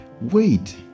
Wait